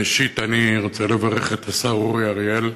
ראשית אני רוצה לברך את השר אורי אריאל.